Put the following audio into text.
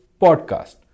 podcast